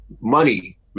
money